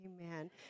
amen